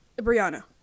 Brianna